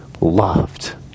loved